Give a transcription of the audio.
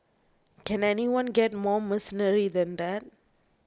can anyone get more mercenary than that